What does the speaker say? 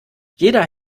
jeder